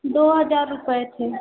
दो हज़ार रुपए थे